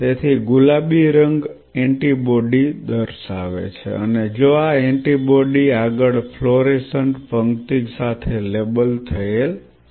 તેથી ગુલાબી રંગ એન્ટિબોડી દર્શાવે છે અને જો આ એન્ટિબોડી આગળ ફ્લોરોસન્ટ પંક્તિ સાથે લેબલ થયેલ છે